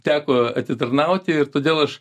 teko atitarnauti ir todėl aš